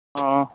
ꯑꯥ